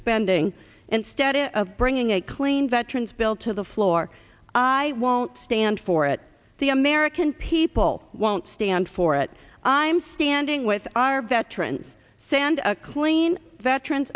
spending and stead of bringing a clean veterans bill to the floor i won't stand for it the american people won't stand for it i'm standing with our veterans send a clean veterans